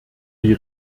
die